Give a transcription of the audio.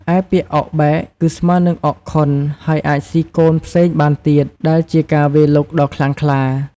ឯពាក្យ អុកបែក គឺស្មើរនិងអុកខុនហើយអាចស៊ីកូនផ្សេងបានទៀត ដែលជាការវាយលុកដ៏ខ្លាំងក្លា។